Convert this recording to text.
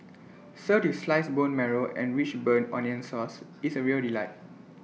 served with sliced bone marrow and rich burnt onion sauce it's A real delight